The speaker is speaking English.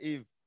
Eve